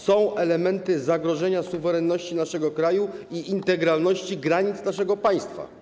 Są elementy zagrożenia suwerenności naszego kraju i integralności granic naszego państwa.